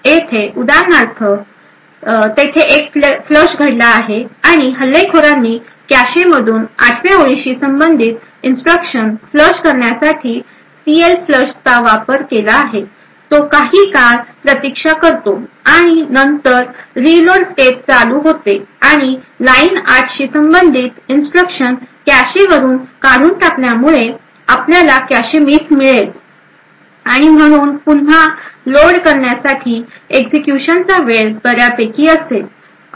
येथे उदाहरणार्थ तेथे एक फ्लश घडला आहे आणि हल्लेखोरांनी कॅशेमधून 8 व्या ओळीशी संबंधित इन्स्ट्रक्शन फ्लश करण्यासाठी सीएलएफ फ्लशचा वापर केला आहे तो काही काळ प्रतीक्षा करतो आणि नंतर रीलोड स्टेप चालू होते आणि लाइन 8 शी संबंधित इन्स्ट्रक्शन कॅशेवरून काढून टाकल्यामुळे आपल्याला एक कॅशे मिस मिळेल आणि म्हणून पुन्हा लोड करण्यासाठी एक्झिक्युशनचा वेळ बर्यापैकी असेल